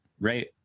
right